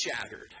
shattered